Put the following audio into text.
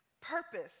purpose